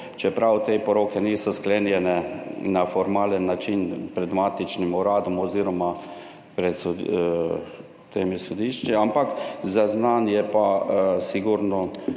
čeprav te poroke niso sklenjene na formalen način pred matičnim uradom oziroma pred sodišči, ampak je pa to sigurno